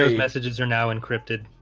ah messages are now encrypted.